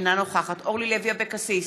אינה נוכחת אורלי לוי אבקסיס,